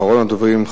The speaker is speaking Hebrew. אחרון הדוברים,